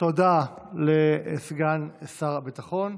תודה לסגן שר הביטחון.